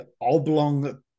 oblong